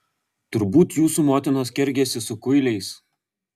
turbūt jūsų motinos kergėsi su kuiliais